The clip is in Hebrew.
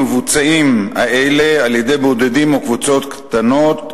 המבוצעים על-ידי בודדים או קבוצות קטנות,